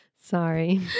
Sorry